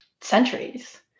centuries